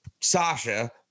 Sasha